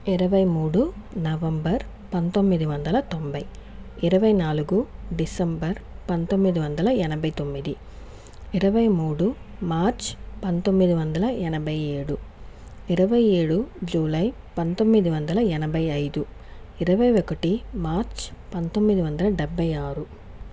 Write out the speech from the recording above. ఇరువై మూడు నవంబర్ పందొమ్మిది వందల తొంభై ఇరవై నాలుగు డిసెంబర్ పందొమ్మిది వందల ఎనభై తొమ్మిది ఇరువై మూడు మార్చ్ పందొమ్మిది వందల ఎనభై ఏడు ఇరవై ఏడు జూలై పంతొమ్మిది వందల ఎనభై ఐదు ఇరవై ఒకటి మార్చ్ పందొమ్మిది వందల డెబ్బై ఆరు